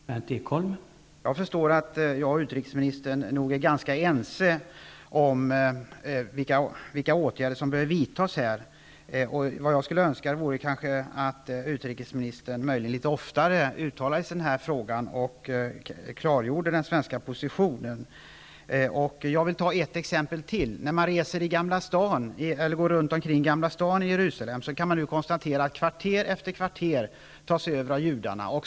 Herr talman! Jag förstår att jag och utrikesministern nog är ganska ense om vilka åtgärder som bör vidtas. Vad jag möjligen skulle önska vore att utrikesministern litet oftare uttalade sig i denna fråga och klargjorde den svenska positionen. Jag vill ta ytterligare ett exempel. När man går omkring i Gamla stan i Jerusalem kan man konstatera att kvarter efter kvarter tas över av judarna.